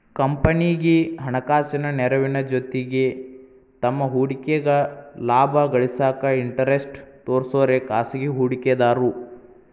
ಕಂಪನಿಗಿ ಹಣಕಾಸಿನ ನೆರವಿನ ಜೊತಿಗಿ ತಮ್ಮ್ ಹೂಡಿಕೆಗ ಲಾಭ ಗಳಿಸಾಕ ಇಂಟರೆಸ್ಟ್ ತೋರ್ಸೋರೆ ಖಾಸಗಿ ಹೂಡಿಕೆದಾರು